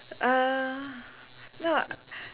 uh no